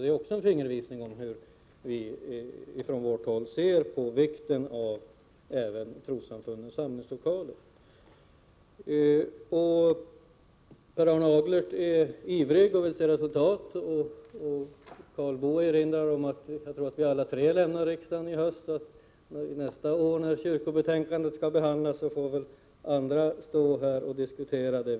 Det är en fingervisning om den vikt vi fäster vid trossamfundens samlingslokaler. Per Arne Aglert är ivrig och vill se resultat. Såvitt jag vet lämnar både Karl Boo, Per Arne Aglert och jag själv riksdagen i höst. När kyrkobetänkandet behandlas nästa år får därför andra ledamöter diskutera de olika frågorna.